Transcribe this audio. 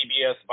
CBS